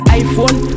iPhone